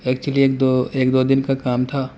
actually ایک دو ایک دو دن کا کام تھا